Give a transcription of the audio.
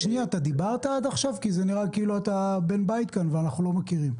אתה דיברת עד עכשיו/ נראה כאילו אתה בן בית כאן ואנחנו לא מכירים.